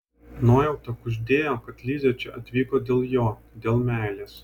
nuojauta kuždėjo kad lizė čia atvyko dėl jo dėl meilės